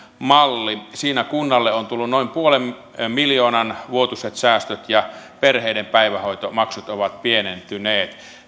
malli siinä kunnalle on tullut noin puolen miljoonan vuotuiset säästöt ja perheiden päivähoitomaksut ovat pienentyneet